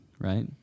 right